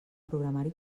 programari